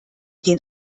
den